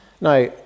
Now